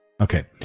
Okay